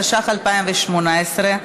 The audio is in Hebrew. התשע"ח 2018,